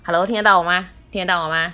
hello 听得到我吗听得到我吗